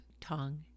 tongue